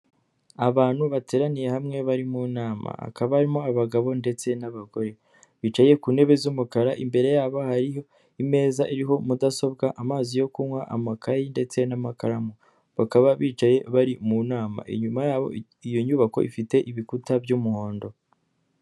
Abantu bateraniye hamwe bari mu nama, hakaba harimo abagabo ndetse n'abagore, bicaye ku ntebe z'umukara, imbere yabo hari imeza iriho; mudasobwa, amazi yo kunywa, amakayi, ndetse n'amakaramu. Bakaba bicaye bari mu nama, inyuma iyo nyubako ifite ibikuta by'umuhondo.